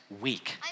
week